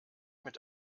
mit